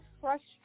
frustrated